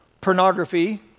pornography